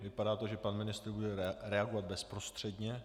Vypadá to, že pan ministr bude reagovat bezprostředně.